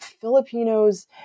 Filipinos